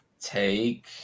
take